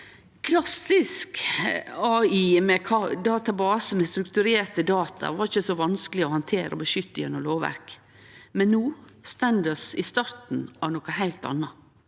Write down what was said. databasar med strukturerte data var ikkje så vanskeleg å handtere og beskytte gjennom lovverk, men no står vi i starten av noko heilt anna: